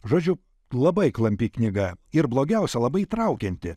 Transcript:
žodžiu labai klampi knyga ir blogiausia labai įtraukianti